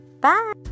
Bye